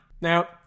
Now